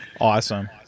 Awesome